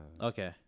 Okay